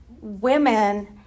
women